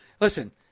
listen